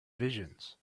visions